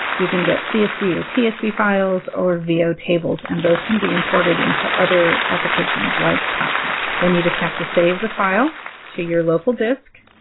you can get csv, or tsv files, or vo tables, and those can be imported into other applications like topcat. then you just have to save the file to your local disk.